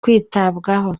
kwitabwaho